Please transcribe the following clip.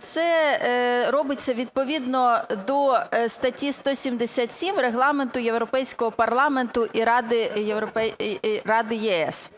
це робиться відповідно до статті 177 Регламенту Європейського парламенту і Ради ЄС.